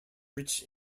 rich